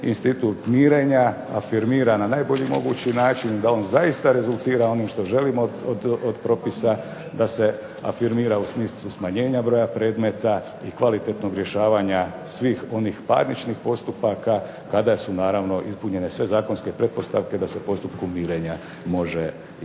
institut mirenja afirmira na najbolji mogući način i da on zaista rezultira onim što želimo od propisa da se afirmira u smislu smanjenja broja predmeta i kvalitetnog rješavanja svih onih parničnih pretpostavka kada su ispunjene sve zakonske pretpostavke da se postupku mirenja može pristupiti.